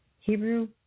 Hebrew